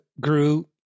grew